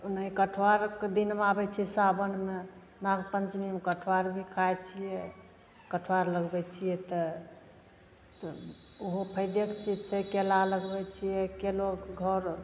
ओन्ने कटहरके दिनमे आबैत छै साओनमे नागपञ्चमीमे कटहर बिकाइ छियै कटहर लगबै छियै तऽ ओहो फैदेके चीज छै कि केला लगबै छियै केलोके घौर